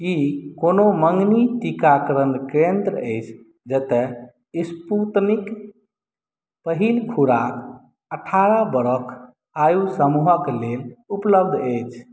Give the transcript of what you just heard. की कोनो मङ्गनी टीकाकरण केन्द्र अछि जतय स्पूतनिक पहिल खुराक अठारह बरख आयु समूहक लेल उपलब्ध अछि